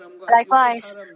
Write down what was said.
Likewise